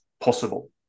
possible